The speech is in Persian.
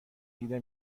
دیده